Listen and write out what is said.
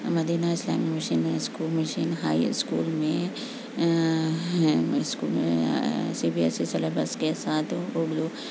مدینہ Islamic mission school mission high school میں school میں C B S E syllabus کے ساتھ اردو